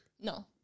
No